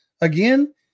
again